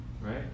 right